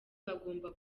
bagomba